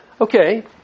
Okay